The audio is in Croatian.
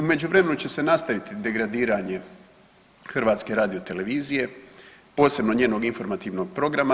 U međuvremenu će se nastaviti degradiranje HRT-a, posebno njenog Informativnog programa.